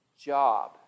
job